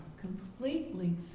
completely